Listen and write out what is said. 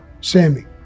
sammy